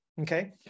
Okay